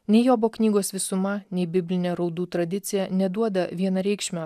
nei jobo knygos visuma nei biblinė raudų tradicija neduoda vienareikšmio